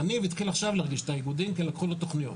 יניב התחיל עכשיו להרגיש את האיגודים כי לקחו לו תוכניות.